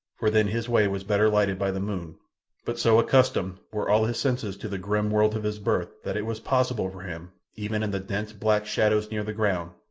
for then his way was better lighted by the moon but so accustomed were all his senses to the grim world of his birth that it was possible for him, even in the dense, black shadows near the ground,